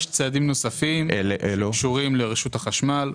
יש צעדים נוספים שקשורים לרשות החשמל.